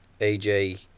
AJ